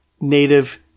native